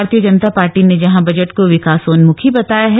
भारतीय जनता पार्टी ने जहां बजट को विकासोन्मुखी बताया है